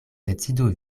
decidu